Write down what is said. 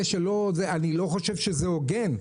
אני לא חושב שזה הוגן.